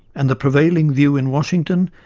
and the prevailing view in washington,